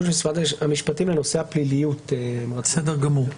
ועכשיו יוזר אנונימי בטוויטר יגיד: תראו איזה דיון יפה,